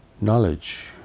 Knowledge